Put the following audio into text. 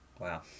Wow